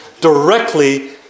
directly